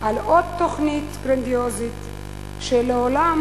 על עוד תוכנית גרנדיוזית שלעולם,